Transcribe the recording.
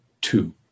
two